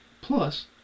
Plus